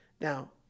Now